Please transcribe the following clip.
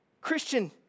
Christian